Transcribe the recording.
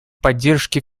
поддержке